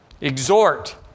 Exhort